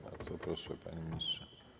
Bardzo proszę, panie ministrze.